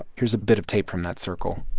here's a bit of tape from that circle